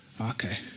okay